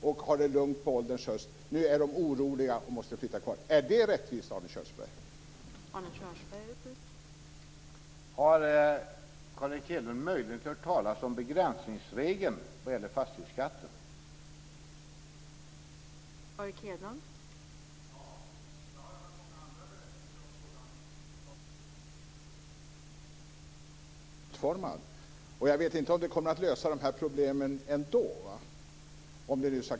Jag har dock inte sett den utformad, och jag vet inte om den kommer att lösa de här problemen ändå.